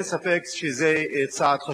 אין ספק שזה צעד חשוב.